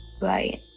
Right